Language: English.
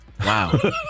Wow